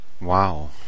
Wow